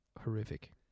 horrific